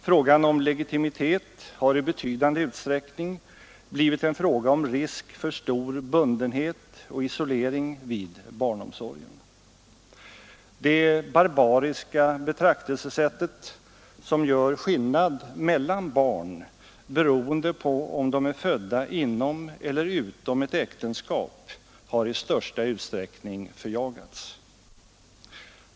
Frågan om legitimitet har i betydande utsträckning blivit en fråga om risk för stor bundenhet och isolering vid barnomsorger. Det barbariska betraktelsesätt som gör skillnad mellan barn beroende på om de är födda inom eller utom ett äktenskap har i största utsträckning förjagats.